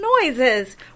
noises